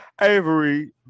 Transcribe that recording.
Avery